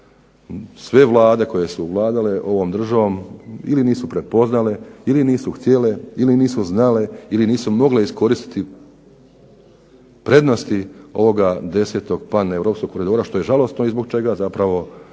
sve vlade koje su vladale ovom državom ili nisu htjele ili nisu znale ili nisu mogle iskoristiti prednosti ovoga 10. PAN-europskog koridora što je žalosno i zbog čega županije